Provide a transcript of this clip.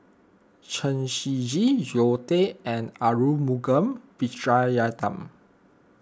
Chen Shiji Zoe Tay and Arumugam Vijiaratnam